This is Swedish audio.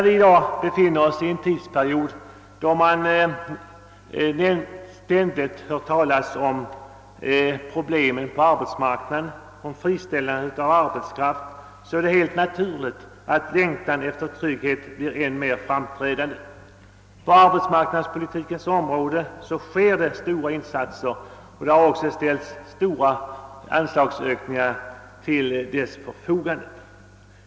Vi befinner oss i dag i ett läge, där vi ständigt hör talas om problemen på arbetsmarknaden: friställning av arbetskraft o. s. v. Det är då helt naturligt att längtan efter trygghet blir än mer framträdande. På arbetsmarknadspolitikens område görs stora insatser, och stora anslagsökningar har ställts till förfogande.